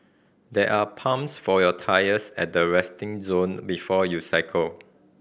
there are pumps for your tyres at the resting zone before you cycle